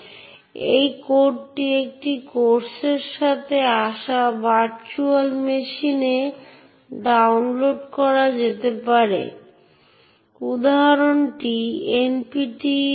সুতরাং অন্যদিকে object file directory socket process process memory file descriptor ইত্যাদির থেকে পরিবর্তিত হতে পারে ইউনিক্সের প্রতিটি ফ্লেভার নির্দিষ্ট অবজেক্টে বিষয়ের অ্যাক্সেস অধিকারের একটি নির্দিষ্ট সেট সংজ্ঞায়িত করে